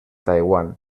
taiwan